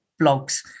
blogs